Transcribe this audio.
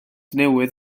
newydd